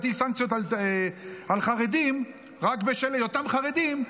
להטיל סנקציות על חרדים רק בשל היותם חרדים,